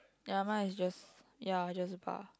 ya mine is just ya just a bar